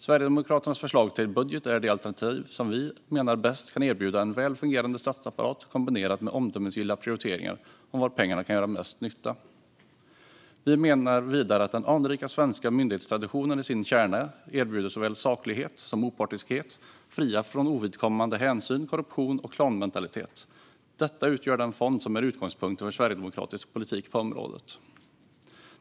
Sverigedemokraternas förslag till budget är det alternativ som vi menar bäst kan erbjuda en väl fungerande statsapparat kombinerat med omdömesgilla prioriteringar om var pengarna kan göra mest nytta. Vi menar vidare att den anrika svenska myndighetstraditionen i sin kärna erbjuder såväl saklighet som opartiskhet, fri från ovidkommande hänsyn, korruption och klanmentlitet. Detta utgör den fond som är utgångspunkten för sverigedemokratisk politik på området.